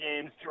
games